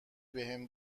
بهم